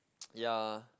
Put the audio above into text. ya